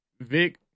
Vic